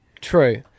True